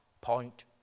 point